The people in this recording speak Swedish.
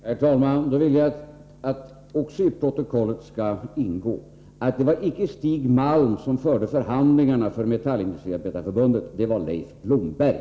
Herr talman! Då vill jag att det i protokollet också skall ingå att det icke var Stig Malm som förde förhandlingarna för Metallindustriarbetareförbundet. Det var Leif Blomberg.